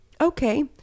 okay